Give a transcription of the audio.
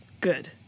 Good